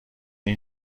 این